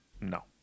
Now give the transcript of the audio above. No